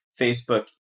Facebook